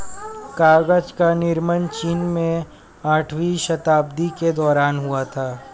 कागज का निर्माण चीन में आठवीं शताब्दी के दौरान हुआ था